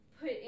put